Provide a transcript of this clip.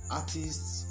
artists